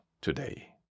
today